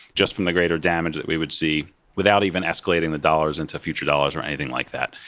just from the greater damage that we would see without even escalating the dollars into future dollars or anything like that.